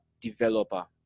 developer